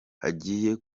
hagiye